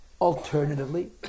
Alternatively